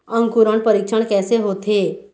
अंकुरण परीक्षण कैसे होथे?